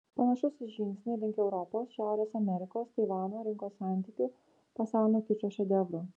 panašus į žingsnį link europos šiaurės amerikos taivano rinkos santykių pasaulinio kičo šedevrų